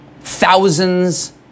thousands